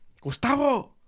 Gustavo